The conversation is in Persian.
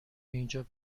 اینجا